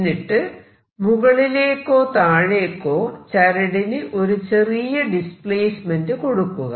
എന്നിട്ട് മുകളിലേക്കോ താഴേക്കോ ചരടിന് ഒരു ചെറിയ ഡിസ്പ്ലേസ്മെന്റ് കൊടുക്കുക